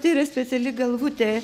tai yra speciali galvutė